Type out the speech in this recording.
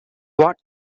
what